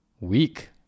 Week